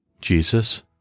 Jesus